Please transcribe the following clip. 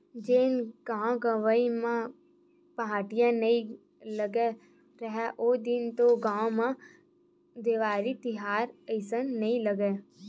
जेन गाँव गंवई म पहाटिया नइ लगे राहय ओ दिन तो गाँव म देवारी तिहार असन नइ लगय,